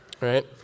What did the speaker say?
right